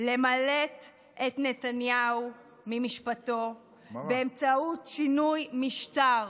למלט את נתניהו ממשפטו באמצעות שינוי משטר.